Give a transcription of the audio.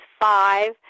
five